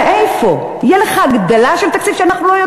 באמת ואיך?